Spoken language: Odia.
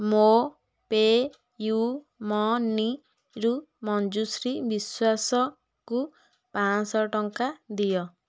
ମୋ ପେୟୁମନିରୁ ମଞ୍ଜୁଶ୍ରୀ ବିଶ୍ୱାସଙ୍କୁ ପାଞ୍ଚଶହ ଟଙ୍କା ଦିଅ